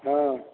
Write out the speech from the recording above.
हँ